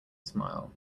smile